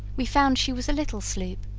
we found she was a little sloop,